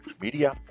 Media